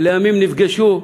ולימים נפגשו.